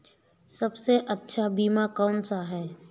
सबसे अच्छा बीमा कौनसा है?